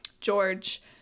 George